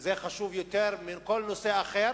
וזה חשוב יותר מכל נושא אחר,